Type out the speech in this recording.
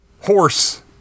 Horse